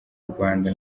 rwanda